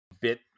bit